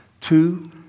Two